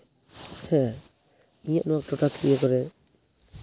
ᱦᱮᱸ ᱤᱧᱟᱹᱜ ᱱᱚᱣᱟ ᱴᱚᱴᱷᱟ ᱠᱤᱭᱟᱹ ᱠᱚᱨᱮ